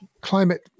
climate